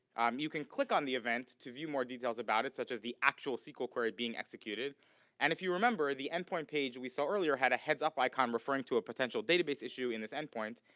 you can click on the events to view more details about it such as the actual sequel query being executed and if you remember, the endpoint page we saw earlier had a heads up icon referring to a potential database issue in this endpoint,